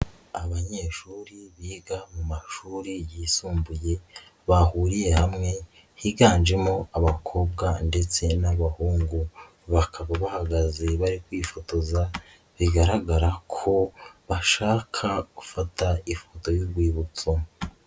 Abanyeshuri biga mu mashuri yisumbuye bahuriye hamwe, higanjemo abakobwa ndetse n'abahungu. Bakaba bahagaze bari kwifotoza bigaragara ko bashaka gufata ifoto y'urwibutso.